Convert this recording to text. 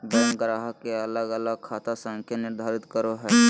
bank ग्राहक के अलग अलग खाता संख्या निर्धारित करो हइ